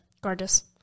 Gorgeous